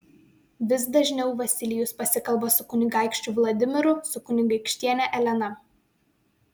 vis dažniau vasilijus pasikalba su kunigaikščiu vladimiru su kunigaikštiene elena